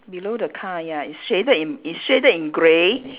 below the car ya it's shaded in it's shaded in grey